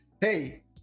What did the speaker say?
Hey